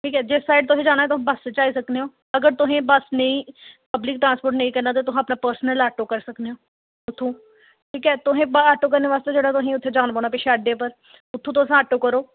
ठीक ऐ जिस साइड तुसें जाना तुस बस च आई सकने ओ अगर तुसें बस नेई पब्लिक ट्रांसपोर्ट नेईं करना ते तुस अपना पर्सनल आटो करी सकने ओ उत्थुू ठीक ऐ तुसें बा आटो करने आस्ते जेह्ड़ा तुसें उत्थै जाना पौना पिच्छें अड्डे पर उत्थूं तुस आटो करो